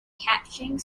capturing